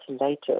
later